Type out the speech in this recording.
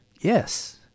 Yes